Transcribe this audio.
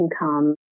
income